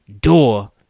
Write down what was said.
door